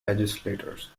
legislators